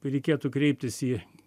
reikėtų kreiptis į